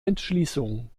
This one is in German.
entschließung